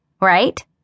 right